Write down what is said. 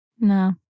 No